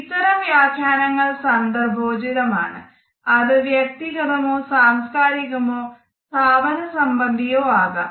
ഇത്തരം വ്യാഖ്യാനങ്ങൾ സാന്ദർഭോജിതമാണ് അത് വ്യക്തിഗതമോ സാംസ്കാരികമോ സ്ഥാപന സംബന്ധിയോ ആകാം